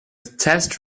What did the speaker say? test